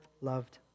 loved